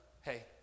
hey